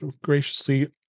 graciously